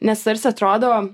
nes tarsi atrodo